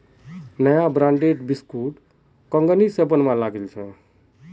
नया ब्रांडेर बिस्कुट कंगनी स बनवा लागिल छ